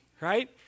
right